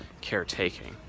caretaking